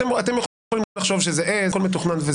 אתם יכולים לחשוב שזאת עז והכול מתוכנן.